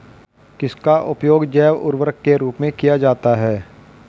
किसका उपयोग जैव उर्वरक के रूप में किया जाता है?